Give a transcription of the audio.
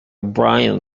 brian